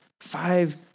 Five